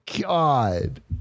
god